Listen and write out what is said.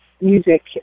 music